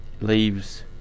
leaves